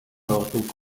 lortuko